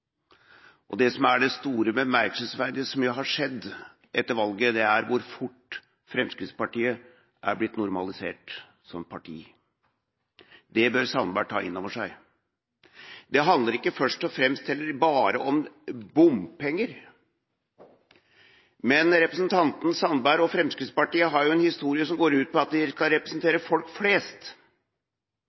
administrasjonsrolle. Det som er det store, bemerkelsesverdige som har skjedd etter valget, er hvor fort Fremskrittspartiet er blitt normalisert som parti. Det bør Sandberg ta inn over seg. Det handler heller ikke først og fremst bare om bompenger. Representanten Sandberg og Fremskrittspartiet har jo en historie som går ut på at de skal representere folk flest.